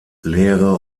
lehre